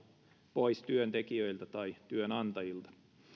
pois työntekijöiltä tai työnantajilta